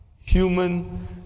human